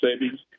savings